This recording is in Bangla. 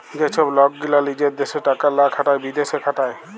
যে ছব লক গীলা লিজের দ্যাশে টাকা লা খাটায় বিদ্যাশে খাটায়